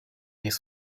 his